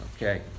Okay